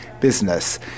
business